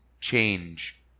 change